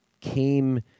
came